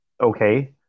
Okay